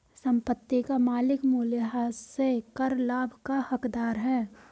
संपत्ति का मालिक मूल्यह्रास से कर लाभ का हकदार है